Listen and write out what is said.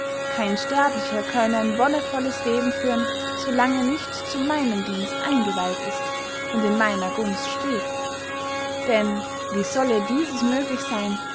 kein sterblicher könne ein wonnevolles leben führen so lang er nicht zu meinem dienst eingeweiht ist und in meiner gunst steht denn wie solle dieses möglich seyn